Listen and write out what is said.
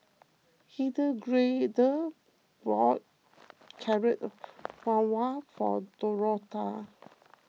Hildegarde bought Carrot Halwa for Dorotha